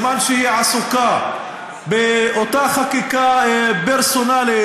בזמן שהיא עסוקה באותה חקיקה פרסונלית,